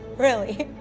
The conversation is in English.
really,